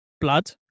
blood